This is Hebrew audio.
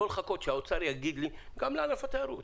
כנ"ל לגבי ענף התיירות.